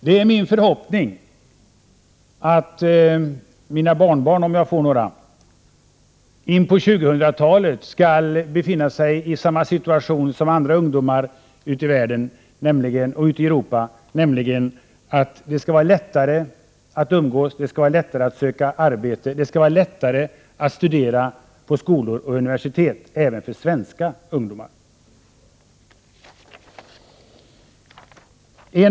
Det är min förhoppning att mina barnbarn, om jag får några, in på 2000-talet skall befinna sig i samma situation som andra ungdomar ute i Europa, nämligen att det skall vara lättare att umgås, lättare att söka arbete och lättare att studera på skolor och universitet även för svenska ungdomar. Herr talman!